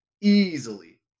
Easily